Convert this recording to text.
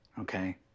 Okay